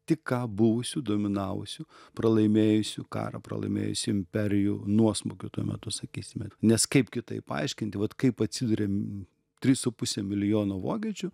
tik ką buvusių dominavusių pralaimėjusių karą pralaimėjusių imperijų nuosmūkiu tuo metu sakysime nes kaip kitaip paaiškinti vat kaip atsiduriam trys su puse milijono vokiečių